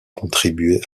contribué